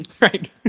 Right